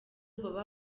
baba